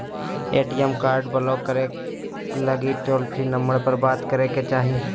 ATM card block करे लगी toll free number पर बात करे के चाही